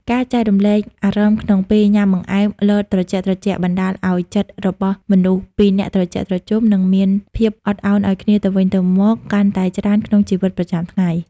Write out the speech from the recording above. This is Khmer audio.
ការចែករំលែកអារម្មណ៍ក្នុងពេលញ៉ាំបង្អែមលតត្រជាក់ៗបណ្ដាលឱ្យចិត្តរបស់មនុស្សពីរនាក់ត្រជាក់ត្រជុំ និងមានភាពអត់ឱនឱ្យគ្នាទៅវិញទៅមកកាន់តែច្រើនក្នុងជីវិតប្រចាំថ្ងៃ។